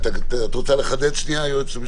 איתמר, זה לא מסגרת רווחה.